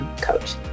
coach